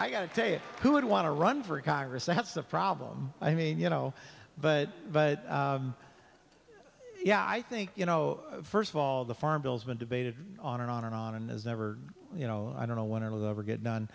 i got to tell you who would want to run for congress that's the problem i mean you know but but yeah i think you know first of all the farm bill has been debated on and on and on and as ever you know i don't know when it was over get done